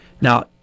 Now